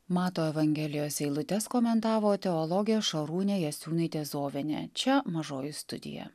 mato evangelijos eilutes komentavo teologė šarūnė jasiūnaitė zovienė čia mažoji studija